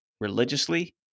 religiously